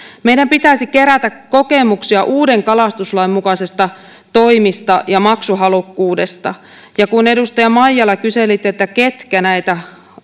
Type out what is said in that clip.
meidän pitäisi kerätä kokemuksia uuden kalastuslain mukaisista toimista ja maksuhalukkuudesta ja kun edustaja maijala kyselit ketkä näitä